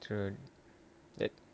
true